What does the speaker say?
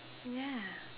ya